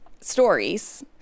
stories